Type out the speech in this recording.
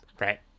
Right